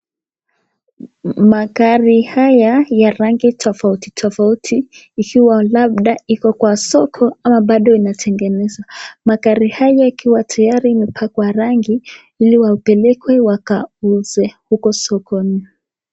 Magari haya ya rangi tofauti tofauti ikiwa labda iko kwa soko au bado inatengenezwa magari haya yakiwa tayari imepakwa rangi ili wapeleke wakauze huko sokoni.